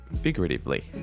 figuratively